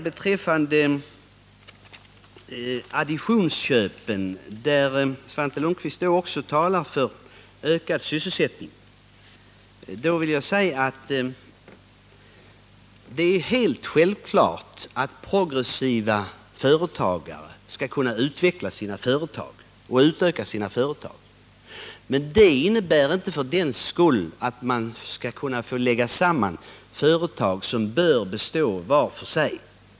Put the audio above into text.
Beträffande additionsköpen talar Svante Lundkvist också för ökad sysselsättning. Det är helt självklart att progressiva företagare skall kunna utveckla och utöka sina företag. Men det innebär inte att man skall kunna få lägga samman företag som bör bestå var för sig.